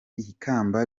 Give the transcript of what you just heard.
ikamba